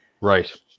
right